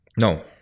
no